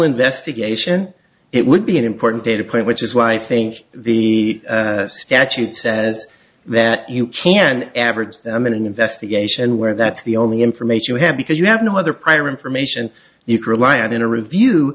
investigation it would be an important data point which is why i think the statute says that you can average them in an investigation where that's the only information you have because you have no other prior information you can rely on in a review